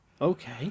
Okay